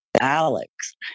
Alex